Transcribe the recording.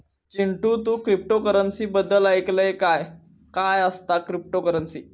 चिंटू, तू क्रिप्टोकरंसी बद्दल ऐकलंस काय, काय असता क्रिप्टोकरंसी?